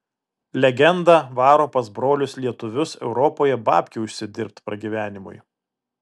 legenda varo pas brolius lietuvius europoje babkių užsidirbt pragyvenimui